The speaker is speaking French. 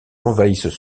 envahissent